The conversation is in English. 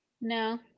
No